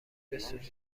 بسوزید